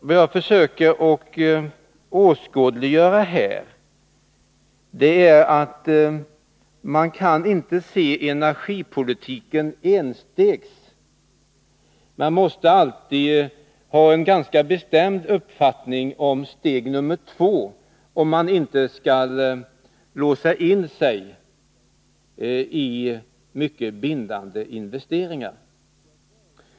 Det jag försöker åskådliggöra är att man när det gäller energipolitiken inte kan begränsa sig till steg ett, utan man måste alltid redan från början ha en ganska bestämd uppfattning om steg två för att inte låsa fast sig vid mycket bindande investeringar.